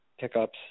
pickups